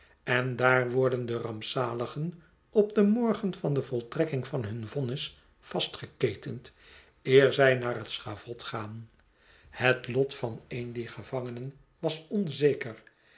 en daar worden de rampzaligen op den morgen van de voltrekking van hun vonnis vastgeketend eer zij naar het schavot gaan het lot van een dier gevangenen was onzeker